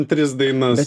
tris dainas